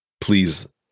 Please